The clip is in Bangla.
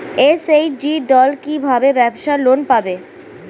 এস.এইচ.জি দল কী ভাবে ব্যাবসা লোন পাবে?